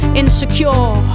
insecure